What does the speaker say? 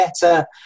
better